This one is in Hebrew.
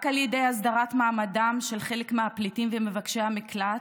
רק על ידי הסדרת מעמדם של חלק מהפליטים ומבקשי המקלט,